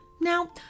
Now